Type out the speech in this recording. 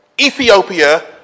Ethiopia